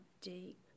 deep